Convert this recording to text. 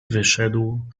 wyszedł